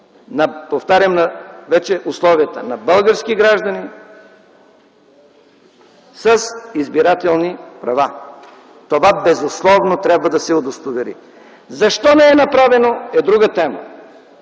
повтарям вече условията – на български граждани с избирателни права. Това безусловно трябва да се удостовери. Защо не е направено – е друга тема?